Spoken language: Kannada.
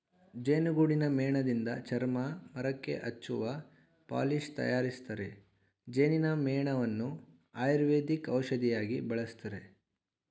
ಜೇನುಗೂಡಿನ ಮೇಣದಿಂದ ಚರ್ಮ, ಮರಕ್ಕೆ ಹಚ್ಚುವ ಪಾಲಿಶ್ ತರಯಾರಿಸ್ತರೆ, ಜೇನಿನ ಮೇಣವನ್ನು ಆಯುರ್ವೇದಿಕ್ ಔಷಧಿಯಾಗಿ ಬಳಸ್ತರೆ